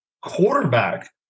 quarterback